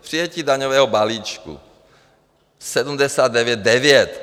Přijetí daňového balíčku 79,9.